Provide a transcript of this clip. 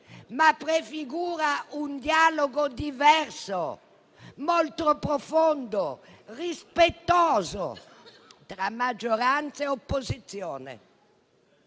ma prefiguri un dialogo diverso, molto profondo, rispettoso, tra maggioranza e opposizione?